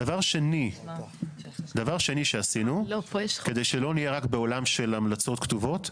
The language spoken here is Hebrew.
דבר שני שעשינו כדי שלא נהיה רק בעולם של המלצות כתובות.